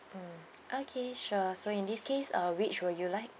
mm okay sure so in this case uh which will you like